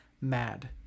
mad